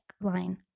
line